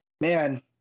man